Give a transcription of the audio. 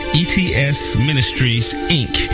etsministriesinc